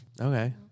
Okay